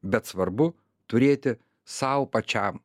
bet svarbu turėti sau pačiam